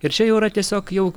ir čia jau yra tiesiog jau